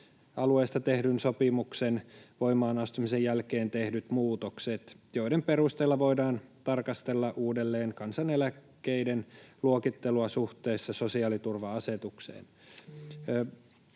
talousalueesta tehdyn sopimuksen voimaan astumisen jälkeen tehdyt muutokset, joiden perusteella voidaan tarkastella uudelleen kansaneläkkeiden luokittelua suhteessa sosiaaliturva-asetukseen.